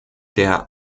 der